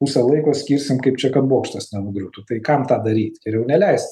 pusę laiko skirsim kaip čia kad bokštas nenugriūtų tai kam tą daryt geriau neleist